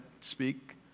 speak